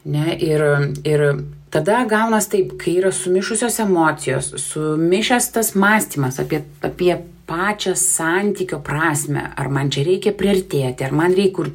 ne ir ir tada gaunas taip kaip yra sumišusios emocijos sumišęs tas mąstymas apie apie pačią santykio prasmę ar man čia reikia priartėti ar man reik kur